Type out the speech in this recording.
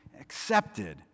accepted